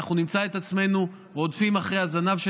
אנחנו נמצא את עצמנו רודפים אחרי הזנב של